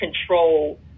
control